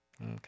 Okay